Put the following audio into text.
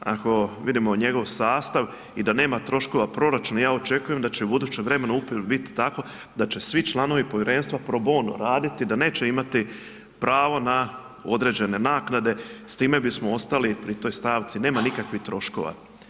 Ako vidimo njegov sastav i da nema troškova proračuna, ja očekujem da će u budućem vremenu upravo biti tako da će svi članovi povjerenstva pro bono raditi, da neće imati pravo na određene naknade, s time bismo ostali pri toj stavci, nema nikakvih troškova.